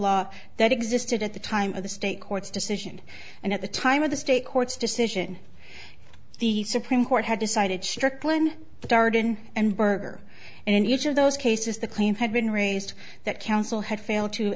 law that existed at the time of the state court's decision and at the time of the state court's decision the supreme court had decided strickland darden and berger and in each of those cases the claim had been raised that council had failed to